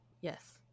yes